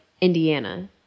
Indiana